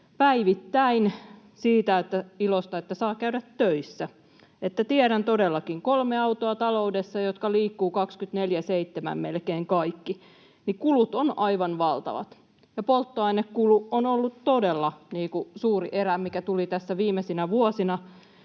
päivittäin siitä ilosta, että saa käydä töissä. Eli tiedän todellakin: taloudessa kolme autoa, jotka melkein kaikki liikkuvat 24/7, ja kulut ovat aivan valtavat. Polttoainekulu on ollut todella suuri erä, mikä tuli tässä etenkin viimeisinä vuosina